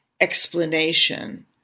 explanation